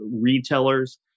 retailers